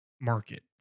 market